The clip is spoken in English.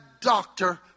doctor